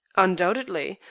undoubtedly.